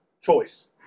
choice